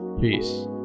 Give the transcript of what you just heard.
Peace